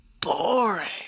boring